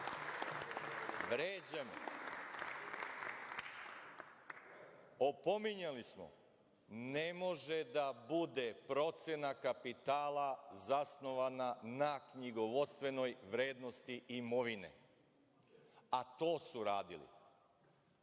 Vređa me. Opominjali smo, ne može da bude procena kapitala zasnovana na knjigovodstvenoj vrednosti imovine, a to su radili.